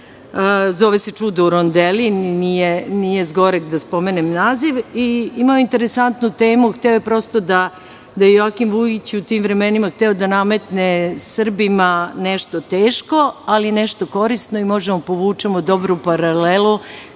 zove se "Čudo u Rondeli". Nije zgoreg da pomene naziv i interesantnu temu, hteo je prosto da Joakim Vujić u tim vremenima nametne Srbima nešto teško, ali nešto korisno i možemo da povučemo dobru paralelu